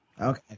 Okay